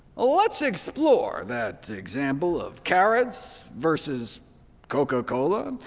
ah let's explore that example of carrots versus coca-cola.